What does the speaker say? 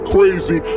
Crazy